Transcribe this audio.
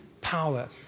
power